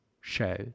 show